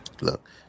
look